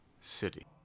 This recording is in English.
City